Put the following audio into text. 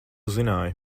zināji